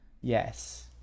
Yes